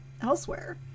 elsewhere